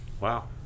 Wow